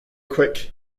quick